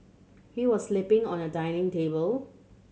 he was sleeping on a dining table